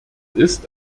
ist